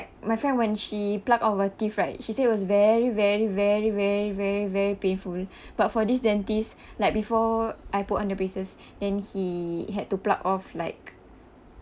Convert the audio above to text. my friend when she plucked off her teeth right she say it was very very very very very very painful but for this dentists like before I put on the braces then he had to pluck off like